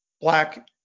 Black